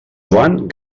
joan